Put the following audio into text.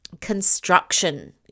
construction